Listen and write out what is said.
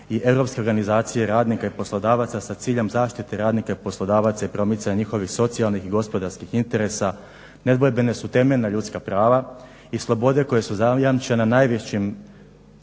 i Europske organizacije radnika i poslodavaca sa ciljem zaštite radnika i poslodavaca i promicanje njihovih socijalnih i gospodarskih interesa nedvojbena su temeljna ljudska prava i slobode koje su zajamčene najvećim